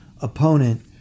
opponent